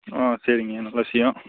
ஆ சரிங்க நல்ல விஷயம்